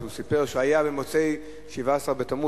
שהוא סיפר שהיה במוצאי שבעה-עשר בתמוז,